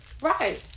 right